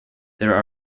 there